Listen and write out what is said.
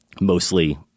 mostly